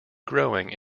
growing